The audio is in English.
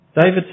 David